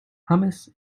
hummus